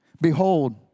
Behold